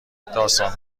داستان